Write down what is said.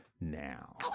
now